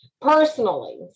personally